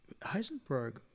Heisenberg